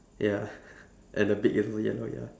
ya and the beak yellow yellow ya